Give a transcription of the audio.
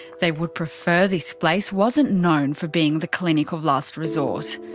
they would prefer this place wasn't known for being the clinic of last resort.